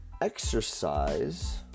exercise